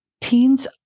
Teens